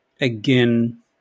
again